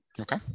Okay